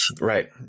Right